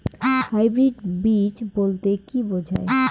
Hybrid বীজ বলতে কী বোঝায়?